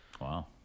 Wow